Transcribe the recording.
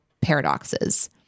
paradoxes